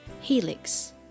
Helix